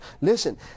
Listen